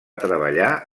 treballar